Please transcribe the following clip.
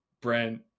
Brent